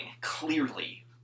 clearly